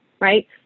right